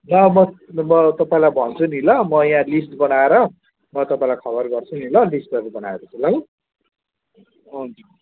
ल म म तपाईँलाई भन्छु नि ल म यहाँ लिस्ट बनाएर म तपाईँलाई खबर गर्छु नि ल लिस्टहरू बनाएर ल हुन्छ